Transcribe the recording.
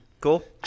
Cool